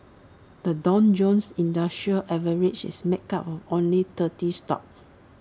the Dow Jones industrial average is make up of only thirty stocks